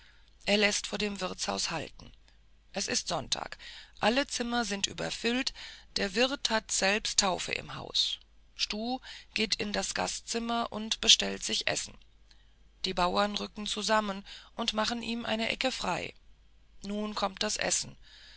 er läßt vor dem wirtshaus halten es ist sonntag alle zimmer sind überfüllt der wirt hat selbst taufe im hause stuh geht in das gastzimmer und bestellt sich essen die bauern rücken auch zusammen und machen ihm eine ecke frei nun kommt das essen